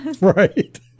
Right